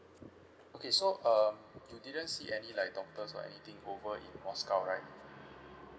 okay so um you didn't see any like doctors or anything over in moscow right